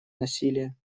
насилия